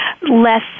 less